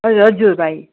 हजुर भाइ